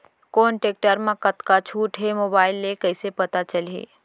कोन टेकटर म कतका छूट हे, मोबाईल ले कइसे पता चलही?